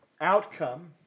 outcome